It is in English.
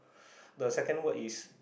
the second word is